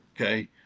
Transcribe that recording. Okay